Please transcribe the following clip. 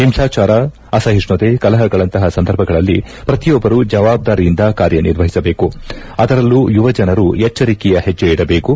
ಹಿಂಸಾಚಾರ ಅಸಹಿಷ್ಣುತೆ ಕಲಹಗಳಂತಹ ಸಂದರ್ಭಗಳಲ್ಲಿ ಪ್ರತಿಯೊಬ್ಬರು ಜವಾಬ್ಲಾರಿಯಿಂದ ಕಾರ್ಯನಿರ್ವಹಿಸಬೇಕು ಅದರಲ್ಲೂ ಯುವಜನರು ಎಚ್ಚರಿಕೆಯ ಹೆಜ್ಜೆಯಿಡಬೇಕು